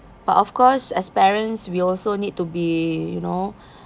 but of course as parents we also need to be you know